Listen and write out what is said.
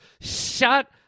Shut